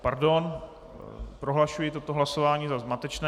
Pardon, prohlašuji toto hlasování za zmatečné.